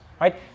right